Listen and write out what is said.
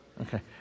Okay